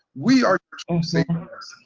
we are um synchronous.